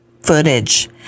footage